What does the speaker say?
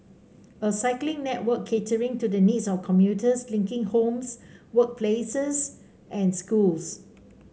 a cycling network catering to the needs of commuters linking homes workplaces and schools